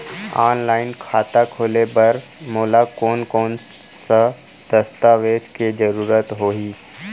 Online खाता खोले बर मोला कोन कोन स दस्तावेज के जरूरत होही?